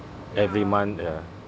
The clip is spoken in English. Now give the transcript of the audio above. every month ya